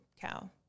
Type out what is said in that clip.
cow